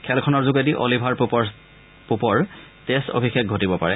খেলখনৰ যোগেদি অলিভাৰ পোপৰ টেষ্ট অভিষেক ঘটিব পাৰে